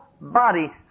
body